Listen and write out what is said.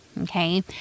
Okay